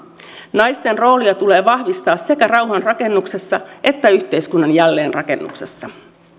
naisten roolia tulee vahvistaa sekä rauhanrakennuksessa että yhteiskunnan jälleenrakennuksessa